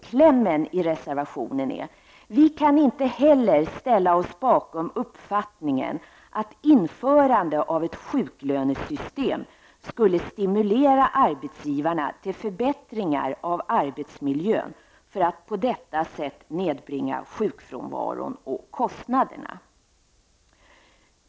Klämmen i reservationen löd: ''Vi kan inte heller ställa oss bakom uppfattningen att införande av ett sjuklönesystem skulle stimulera arbetsgivarna till förbättringar av arbetsmiljön för att på detta sätt nedbringa sjukfrånvaron och kostnaderna.''